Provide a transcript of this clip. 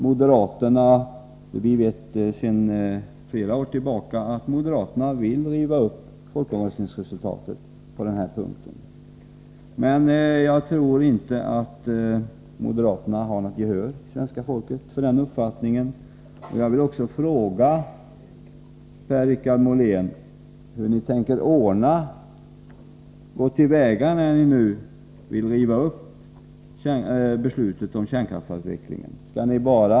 Vi vet sedan flera år tillbaka att moderaterna vill riva upp folkomröstningsresultatet på den här punkten. Men jag tror inte att moderaterna har något gehör hos svenska folket för den uppfattningen. Jag vill också fråga Per-Richard Molén hur ni tänker gå till väga för att riva upp beslutet om kärnkraftsavvecklingen.